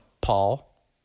Paul